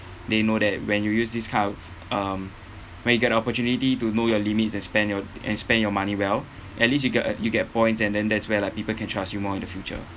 they know that when you use this kind of um when you get the opportunity to know your limits and spend your and spend your money well at least you got uh you get points and then that's where like people can trust you more in the future